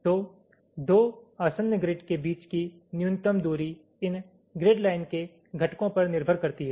तो 2 आसन्न ग्रिड के बीच की न्यूनतम दूरी इन ग्रिड लाइन के घटकों पर निर्भर करती है